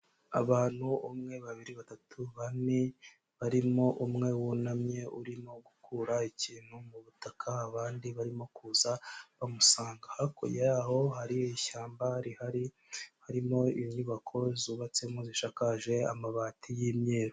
Abantu umwe, babiri, batatu, bane, barimo umwe wunamye urimo gukura ikintu mu butaka, abandi barimo kuza bamusanga, hakurya yaho hari ishyamba rihari harimo inyubako zubatsemo zishakaje amabati y'imyeru.